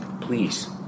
please